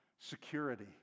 security